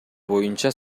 боюнча